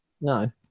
No